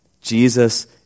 Jesus